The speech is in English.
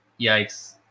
yikes